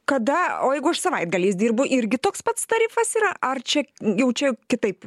kada o jeigu aš savaitgaliais dirbu irgi toks pats tarifas yra ar čia jau čia kitaip